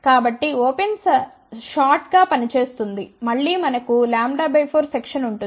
కాబట్టి open short గా పనిచేస్తుంది మళ్ళీ మనకు λ 4 సెక్షన్ ఉంటుంది